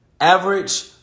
average